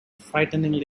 frighteningly